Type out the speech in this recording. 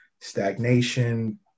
stagnation